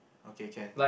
okay can